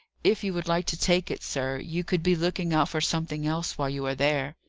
if you would like to take it, sir, you could be looking out for something else while you are there.